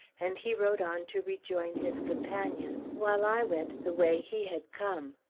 and he rode on to rejoin his companions, while i went the way he had come.